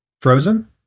Frozen